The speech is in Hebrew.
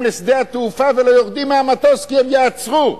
לשדה התעופה ולא יורדים מהמטוס כי הם ייעצרו,